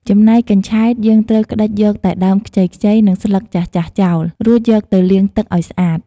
ចំណែកកញ្ឆែតយើងត្រូវក្តិចយកតែដើមខ្ចីៗ និងស្លឹកចាស់ៗចោល រួចយកទៅលាងទឹកឲ្យស្អាត។